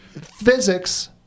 physics